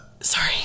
Sorry